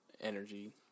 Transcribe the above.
energy